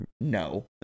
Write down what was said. no